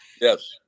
Yes